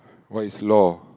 what is loh